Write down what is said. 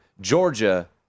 Georgia